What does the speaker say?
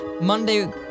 Monday